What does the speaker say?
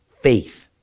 faith